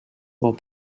while